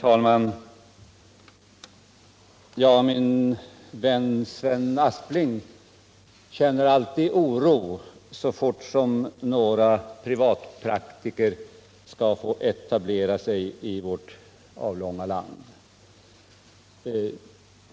Herr talman! Min vän Sven Aspling känner alltid oro så fort några privatpraktiker skall få etablera sig i vårt avlånga land.